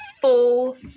full